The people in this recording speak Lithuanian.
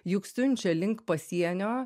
juk siunčia link pasienio